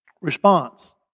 response